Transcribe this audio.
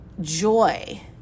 joy